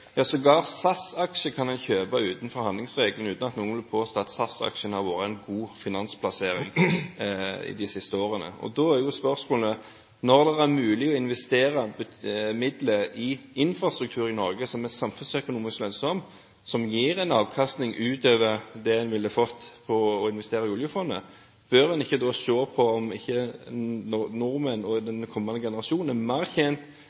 kjøpe utenfor handlingsregelen uten at noen vil påstå at SAS-aksjen har vært en god finansplassering de siste årene. Da er spørsmålet: Når det er mulig å investere midler i infrastruktur i Norge som er samfunnsøkonomisk lønnsomt, som gir en avkastning utover det en ville fått på å investere i oljefondet, bør en ikke da se på om ikke nordmenn og den kommende generasjon er mer